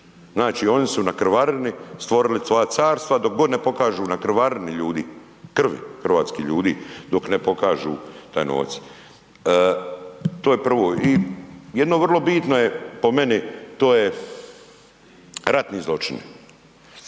Znači on su na krvarini stvorili svoja carstva, dok god ne pokažu, na krvarini ljudi, krvi hrvatskih ljudi, dok ne pokažu taj novac, to je prvo. I jedno vrlo bitno je po meni, to je ratni zločini.